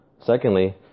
Secondly